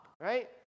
right